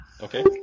Okay